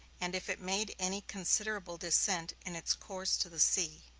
and if it made any considerable descent in its course to the sea.